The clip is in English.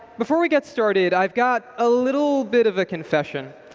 before we get started, i've got a little bit of a confession.